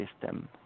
system